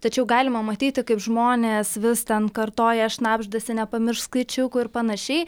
tačiau galima matyti kaip žmonės vis ten kartoja šnabždasi nepamiršk skaičiukų ir panašiai